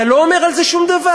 אתה לא אומר על זה שום דבר.